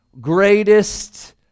greatest